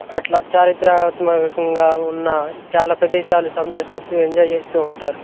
ఇట్లా చారిత్రాత్మకంగా ఉన్న చాలా ప్రదేశాలు సందర్శించి ఎంజాయ్ చేస్తూ ఉంటారు